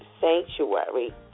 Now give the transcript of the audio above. sanctuary